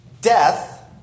Death